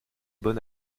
bon